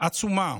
עצומה